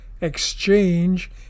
Exchange